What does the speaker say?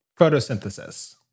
Photosynthesis